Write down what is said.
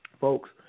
folks